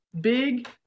big